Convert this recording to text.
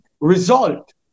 result